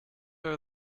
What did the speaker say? are